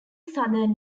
southern